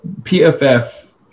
PFF